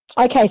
Okay